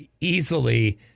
easily